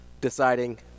deciding